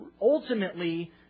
ultimately